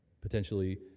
potentially